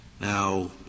Now